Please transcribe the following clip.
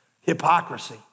hypocrisy